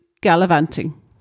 gallivanting